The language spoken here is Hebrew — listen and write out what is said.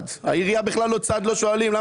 העירייה בכלל לא צד, לא שואלים.